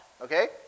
okay